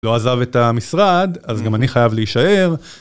לא עזב את המשרד, אז גם אני חייב להישאר.